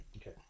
okay